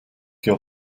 your